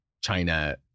China